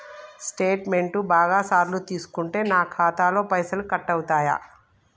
Statement బాగా సార్లు తీసుకుంటే నాకు ఖాతాలో పైసలు కట్ అవుతయా?